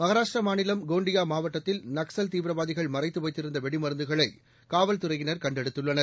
மஹாராஷ்ட்ரா மாநிலம் கோண்டியா மாவட்டத்தில் நக்ஸல் தீவிரவாதிகள் மறைத்து வைத்திருந்த வெடிமருந்துகளை காவல்துறையினர் கண்டெடுத்துள்ளனர்